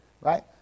Right